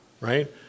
right